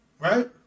Right